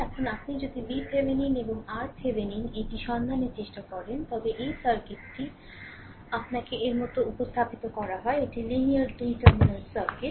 এখন আপনি যদি VThevenin এবং RThevenin এটি সন্ধানের চেষ্টা করেন তবে এই সার্কিটটি আপনাকে এর মতো উপস্থাপিত করা হয় এটি লিনিয়ার 2 টার্মিনাল সার্কিট